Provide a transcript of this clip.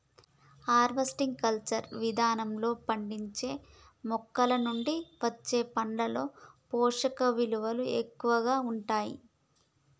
horticulture విధానంలో పండించిన మొక్కలనుండి వచ్చే పండ్లలో పోషకవిలువలు ఎక్కువగా ఉంటాయి